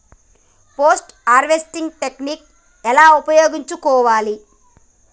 Post harvesting technique ఎలా ఉపయోగించుకోవాలి?